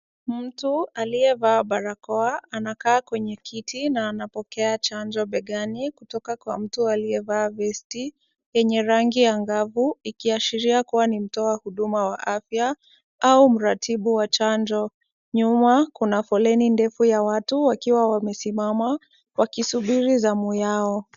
Mtu aliyevaa barakoa, anakaa kwenye kiti na anapokea chanjo begani kutoka kwa mtu aliyevalia vesti, yenye rangi angavu, ikiashiria kuwa ni mtoa huduma wa afya au mratibu wa chanjo. Nyuma kuna foleni ndefu ya watu wakiwa wamesimama, wakisubiri zamu yao.